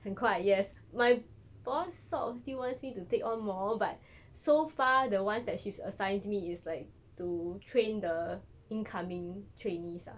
很快 yes my boss sort of still wants me to take on more but so far the ones that she's assigned to me is like to train the incoming trainees ah